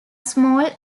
small